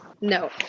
No